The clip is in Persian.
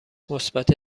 مثبت